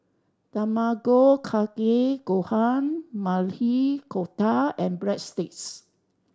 Tamago Kake Gohan Maili Kofta and Breadsticks